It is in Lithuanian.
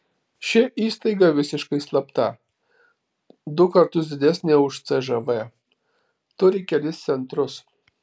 ši įstaiga visiškai slapta du kartus didesnė už cžv turi kelis centrus